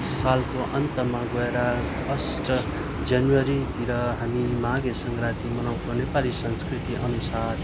सालको अन्त्यमा गएर फर्स्ट जनवरीतिर हामी माघे सङ्क्रान्ति मनाउँछौँ नेपाली संस्कृतिअनुसार